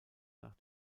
nach